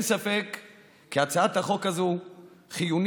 אין ספק כי הצעת החוק הזו חיונית,